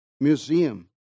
museum